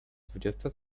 dwudziesta